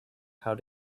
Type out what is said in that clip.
how